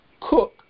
Cook